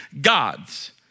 God's